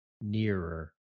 nearer